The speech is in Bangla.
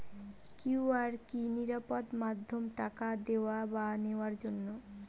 কিউ.আর কি নিরাপদ মাধ্যম টাকা দেওয়া বা নেওয়ার জন্য?